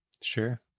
Sure